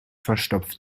verstopft